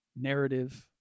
narrative